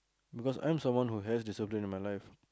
because I'm the one who has discipline in my life